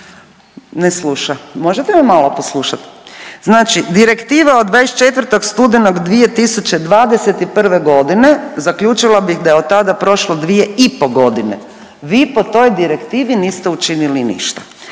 ne sluša, možete me malo poslušat. Znači Direktiva od 24. studenog 2021.g. zaključila bih da je otada prošlo 2 i po godine, vi po toj direktivi niste učinili ništa.